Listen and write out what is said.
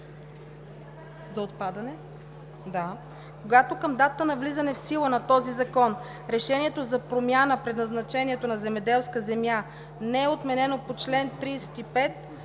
прочета: „§ 30. Когато към датата на влизане в сила на този закон решението за промяна предназначението на земеделска земя не е отменено по чл. 35